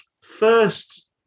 First